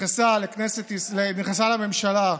נכנסה לממשלה,